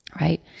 right